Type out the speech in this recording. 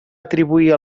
atribuir